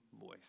voice